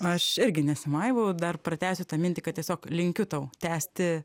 aš irgi nesimaivau dar pratęsiu tą mintį kad tiesiog linkiu tau tęsti